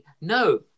no